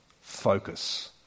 focus